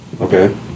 Okay